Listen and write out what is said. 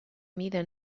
mida